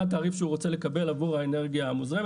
מה התעריף שהוא רוצה לקבל עבור האנרגיה המוזרמת.